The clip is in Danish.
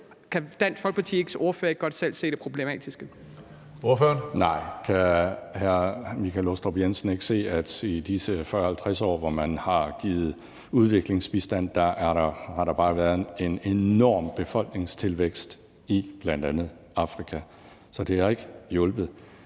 Hønge): Ordføreren. Kl. 16:52 Alex Ahrendtsen (DF): Nej. Kan hr. Michael Aastrup Jensen ikke se, at i disse 40-50 år, hvor man har givet udviklingsbistand, har der bare været en enorm befolkningstilvækst i bl.a. Afrika? Så det har ikke hjulpet.